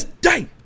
day